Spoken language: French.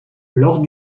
lors